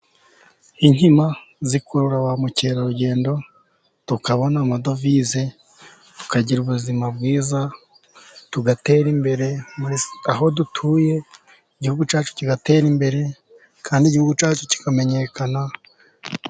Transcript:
Inkima zikurura bamukerarugendo tukabona amadovize, tukagira ubuzima bwiza tugatera imbere aho dutuye, igihugu cyacu kigatera imbere kandi igihugu cyacu kikamenyekana.